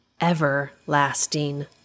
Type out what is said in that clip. everlasting